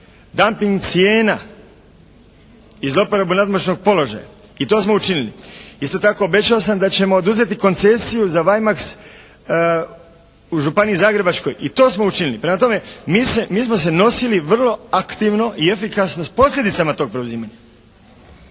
cijena i zlouporabu nadmoćnog položaja. I to smo učinili. Isto tako obećao sam da ćemo oduzeti koncesiju za "Weimax" u Županiji zagrebačkoj. I to smo učinili. Prema tome, mi smo se nosili vrlo aktivno i efikasno s posljedicama toga preuzimanja.